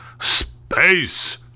Space